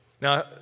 Now